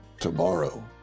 tomorrow